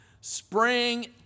spring